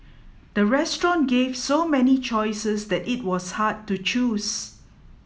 the restaurant gave so many choices that it was hard to choose